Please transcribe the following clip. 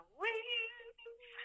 wings